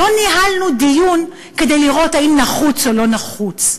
לא ניהלנו דיון כדי לראות אם זה נחוץ או לא נחוץ.